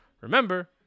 remember